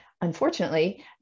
unfortunately